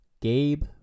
Gabe